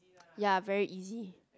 ya very easy